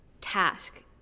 task